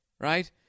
right